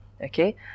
okay